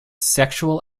sexual